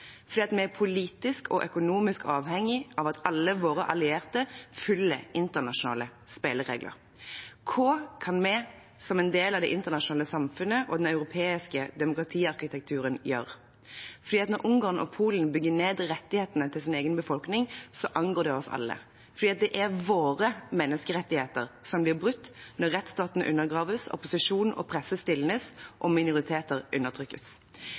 vi er politisk og økonomisk avhengig av at alle våre allierte følger internasjonale spilleregler. Hva kan vi som en del av det internasjonale samfunnet og den europeiske demokratiarkitekturen gjøre? Når Ungarn og Polen bygger ned rettighetene til sin egen befolkning, angår det oss alle, for det er våre menneskerettigheter som blir brutt når rettsstaten undergraves, opposisjon og presse stilnes, og minoriteter undertrykkes.